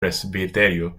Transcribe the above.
presbiterio